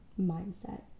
mindset